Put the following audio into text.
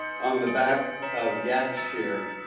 on the back of yaks here,